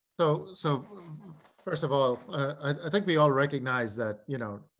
so, so first of all, i think we all recognize that, you know,